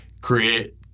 create